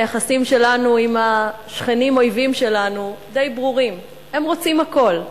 היחסים שלנו עם השכנים-אויבים שלנו די ברורים: הם רוצים הכול.